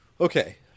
okay